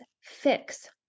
fix